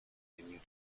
continue